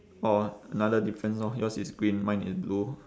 orh another difference lor yours is green mine is blue